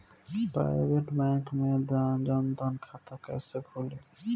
Private bank मे जन धन खाता कैसे खुली?